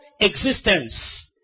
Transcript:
existence